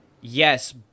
yes